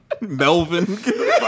Melvin